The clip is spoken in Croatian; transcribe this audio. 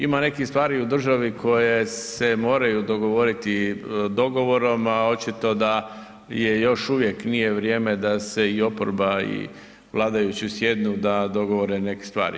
Ima nekih stvari u državi koje se moraju dogovoriti dogovorom, a očito da je još uvijek nije vrijeme da se i oporba i vladajući sjednu da dogovore neke stvari.